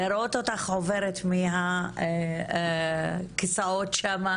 לראות אותך עוברת מהכיסאות שם,